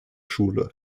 schule